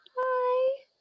Hi